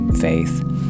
faith